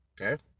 Okay